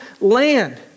land